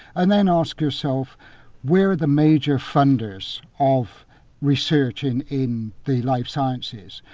and then ask yourself where are the major funders of research in in the life sciences,